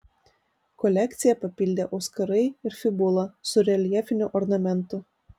kolekciją papildė auskarai ir fibula su reljefiniu ornamentu